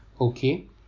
okay